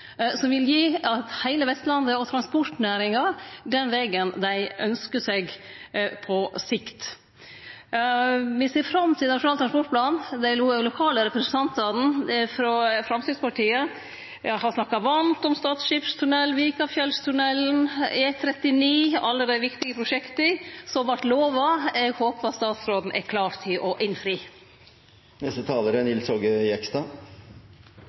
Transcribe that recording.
som vil gi heile Vestlandet og transportnæringa den vegen dei ønskjer seg på sikt. Me ser fram til Nasjonal transportplan. Dei lokale representantane frå Framstegspartiet har snakka varmt om Stad skipstunnel, Vikafjellstunnelen, E39, alle dei viktige prosjekta som vart lova. Eg håpar at statsråden er klar til å innfri. Det er